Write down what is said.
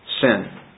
Sin